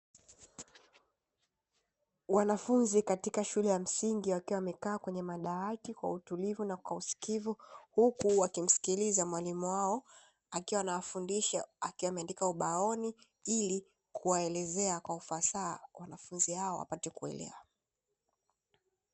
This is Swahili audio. Wanafunzi katika shule ya msingi wakiwa wamekaa kwenye madawati kwa utulivu na usikivu, huku wakimsikiliza mwalimu wao akiwa anawafundisha, akiwa ameandika ubaoni, ili kuwaelezea kwa ufasaha wanafunzi hawo wapate kuelewa.